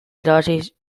irabazi